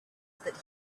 that